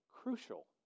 crucial